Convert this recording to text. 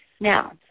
Now